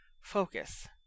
Focus